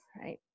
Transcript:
right